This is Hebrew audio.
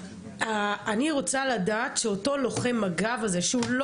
אני רוצה לדעת שאותו לוחם מג"ב הזה שהוא לא